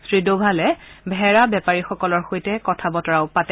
শ্ৰী ডোভালে ভেড়া বেপাৰীসকলৰ সৈতে কথা বতৰাও পাতে